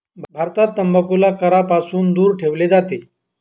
भारतात तंबाखूला करापासून दूर ठेवले जाते